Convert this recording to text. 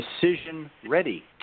decision-ready